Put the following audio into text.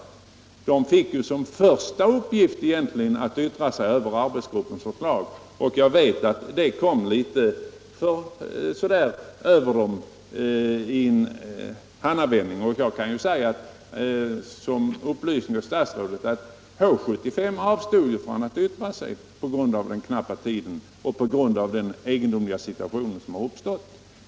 Egentligen fick de ju som första uppgift att yttra sig över arbetsgruppens förslag, och jag vet att det så att säga kom över dem i en handvändning. Jag kan som upplysning för statsrådet nämna att H 75 avstod från att yttra sig på grund av den knappa tiden och på grund av den egendomliga situation som uppstått.